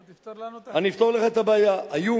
תפתור לנו, אני אפתור לך את הבעיה: היו